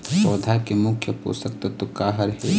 पौधा के मुख्य पोषकतत्व का हर हे?